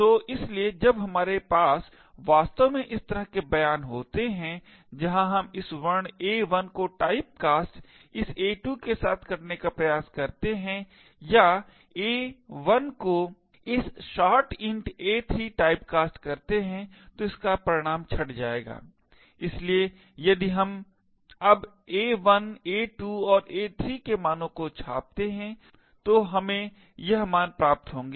तो इसलिए जब हमारे पास वास्तव में इस तरह के बयान होते हैं जहां हम इस वर्ण a1 को टाइपकास्ट इस a2 के साथ करने का प्रयास करते हैं या a1 को इस short int a3 टाइपकास्ट करते हैं तो इसका परिणाम छंट जाएगा इसलिए यदि हम अब a1 a2 और a3 के मानों को छापते हैं तो हम यह मान प्राप्त होंगे